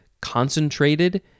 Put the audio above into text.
concentrated